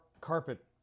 carpet